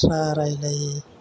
थ्रा रायलायो